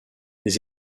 les